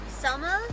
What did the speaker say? selma